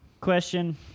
question